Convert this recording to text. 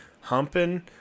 humping